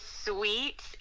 sweet